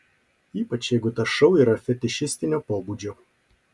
ypač jeigu tas šou yra fetišistinio pobūdžio